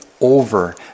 over